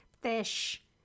fish